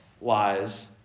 lies